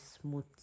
smooth